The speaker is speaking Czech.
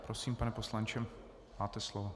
Prosím, pane poslanče, máte slovo.